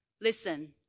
Listen